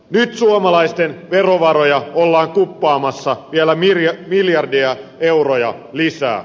nyt suomalaisten verovaroja ollaan kuppaamassa vielä miljardeja euroja lisää